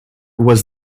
was